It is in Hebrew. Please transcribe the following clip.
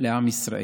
לעם ישראל.